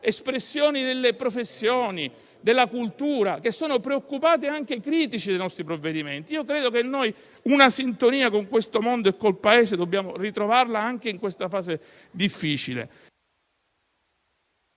espressioni delle professioni della cultura che sono preoccupati e anche critici per i nostri provvedimenti. Io credo che noi una sintonia con quel mondo e con il Paese dobbiamo ritrovare, anche se in questa fase è difficile.